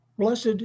Blessed